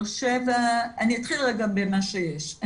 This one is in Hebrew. אני אתחיל רגע במה שיש.